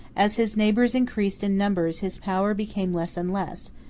as his neighbors increased in numbers his power became less and less,